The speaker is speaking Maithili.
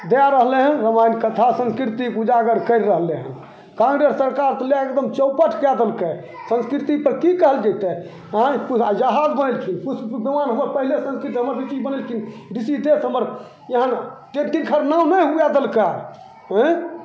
दै रहलै हँ रामायण कथा संस्कृतिके उजागर करि रहलै हँ काँग्रेस सरकार तऽ लैके एकदम चौपट कै देलकै संस्कृतिपर कि कहल जएतै आइ पु जहाज बनेलखिन पुष्प विमान हमर पहिले संस्कृति हमर ऋषि बनेलखिन ऋषि एतेक हमर एहन कि तिनकर नाम नहि हुएले देलकै आँए